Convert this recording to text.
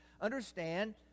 Understand